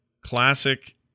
classic